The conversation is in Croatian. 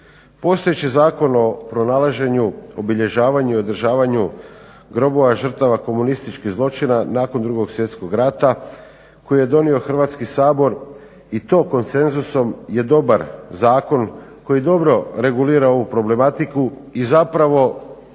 Postojeći Zakon o pronalaženju, obilježavanju i održavanju grobova žrtava komunističkih zločina nakon Drugog svjetskog rata koji je donio Hrvatski sabor i to konsenzusom je dobar zakon koji dobro regulira ovu problematiku i zapravo